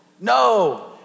no